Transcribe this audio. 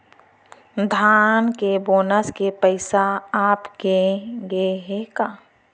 धान के बोनस के पइसा आप गे हे का?